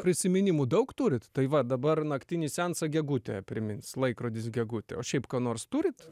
prisiminimų daug turit tai va dabar naktinį seansą gegutė primins laikrodis gegutė o šiaip ką nors turit